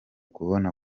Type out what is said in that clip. kumbona